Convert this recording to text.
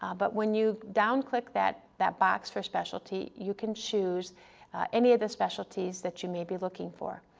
ah but when you down-click that that box for specialty you can choose any of the specialties that you may be looking for.